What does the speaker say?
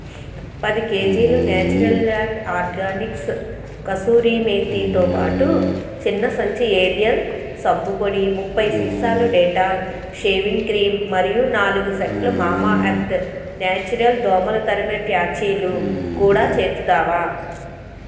పది కేజీలు natural land organics kasuri మేతీతో పాటు చిన్న సంచి ఏరియల్ సబ్బు పొడి ముప్పై సీసాలు డెటాల్ షేవింగ్ క్రీం మరియు నాలుగు సెట్లు మామా ఎర్త్ న్యాచురల్ దోమలు తరిమే ప్యాచీలు కూడా చేర్చుతావా